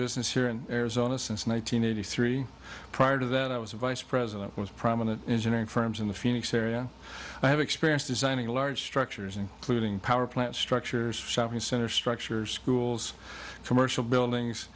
business here in arizona since one thousand nine hundred three prior to that i was a vice president was prominent engineering firms in the phoenix area i have experience designing large structures including power plant structures shopping center structures schools commercial buildings